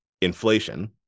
inflation